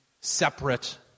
separate